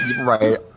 Right